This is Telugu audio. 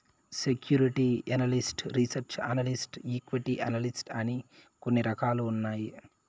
security analyst research analyst equity analyst అని కొన్ని రకాలు ఉన్నాయి